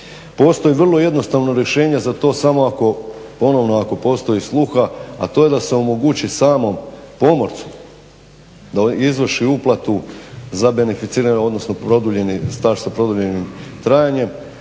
Postoji vrlo jednostavno rješenje za to samo ako ponovno ako postoji sluha, a to je da se omogući samom pomorcu da izvrši uplatu za beneficirani odnosno produljeni staž sa produljenim trajanjem.